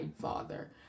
father